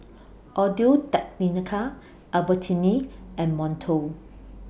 Audio Technica Albertini and Monto